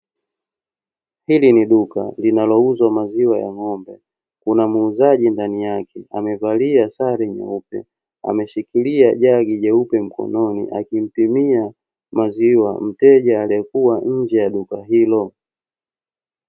Hili ni duka linalouza maziwa ya ng'ombe, kuna muuzaji ndani yake amevalia sare nyeupe, ameshikilia jagi jeupe mkononi, akimpimia maziwa mteja aliyekuwa nje ya duka hilo.